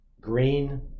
green